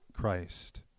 christ